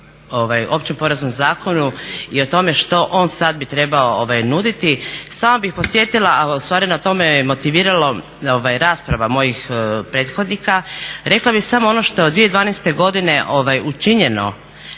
o Općem poreznom zakonu i o tome što on sad bi trebao nuditi, samo bih podsjetila, a u stvari na to me je motiviralo rasprava mojih prethodnika. Rekla bih samo ono što je od 2012. godine učinjeno